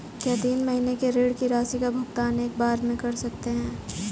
क्या तीन महीने के ऋण की राशि का भुगतान एक बार में कर सकते हैं?